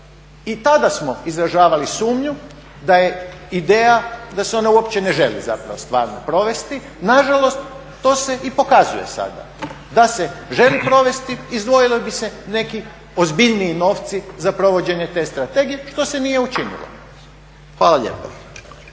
I tada smo izražavali sumnju da je ideja da se ona uopće ne želi zapravo stvarno provesti. Nažalost, to se i pokazuje sada. Da se želi provesti, izdvojili bi se neki ozbiljniji novci za provođenje te strategije što se nije učinilo. Hvala lijepa.